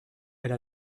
elle